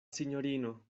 sinjorino